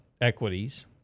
equities